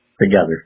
together